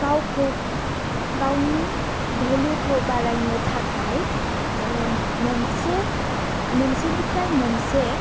गावखौ गावनि भेलुखौ बारायनो थाखाय मोनसे मोनसेनिफ्राय मोनसे